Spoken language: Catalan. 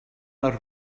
les